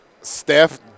Steph